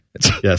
Yes